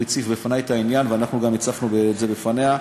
הוא הציף בפני את העניין ואנחנו גם הצפנו את זה בפניה.